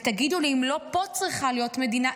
ותגידו לי אם לא פה צריכה להיות מדינה,